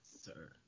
sir